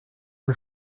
von